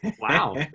Wow